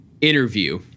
interview